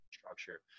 structure